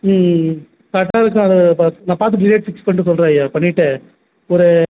ம் ம் ம் கட்டட செலவைப் பார்த்துட்டு நான் பார்த்துட்டு ரேட் ஃபிக்ஸ் பண்ணிட்டு சொல்கிறேன் ஐயா பண்ணிட்டு ஒரு